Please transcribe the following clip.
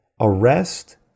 arrest